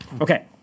Okay